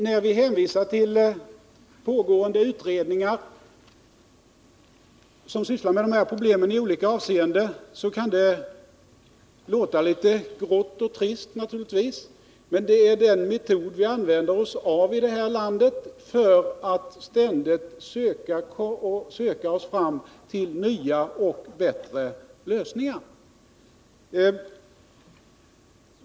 När vi hänvisar till pågående utredningar kan det naturligtvis låta litet grått och trist, men utredningsarbete är den metod vi använder för att ständigt söka oss fram till nya och bättre lösningar.